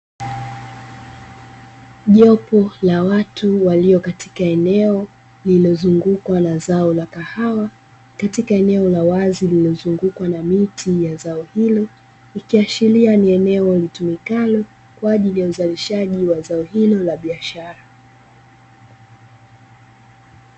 Jopo la watu waliokua katika eneo lililozungukwa na kahawa katika eneo la wazi linalozungukwa na miti ya zao hilo, ikiashiria ni eneo linalotumikalo kwa ajili ya uzalishaji wa zao hilo la biashara.